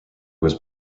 was